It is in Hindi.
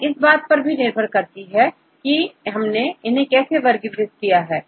यह इस बात पर भी निर्भर करती है कि हमने इन्हें कैसे वर्गीकृत किया है